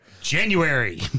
January